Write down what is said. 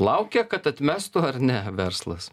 laukia kad atmestų ar ne verslas